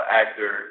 actor